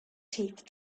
teeth